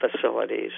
facilities